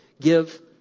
Give